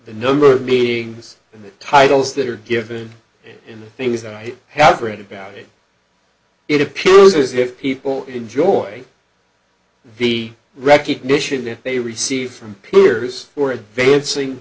the number of meetings in the titles that are given in the things that i have read about it it appears as if people enjoy the recognition that they receive from peers who are advancing